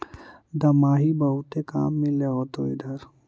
दमाहि बहुते काम मिल होतो इधर?